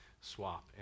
swap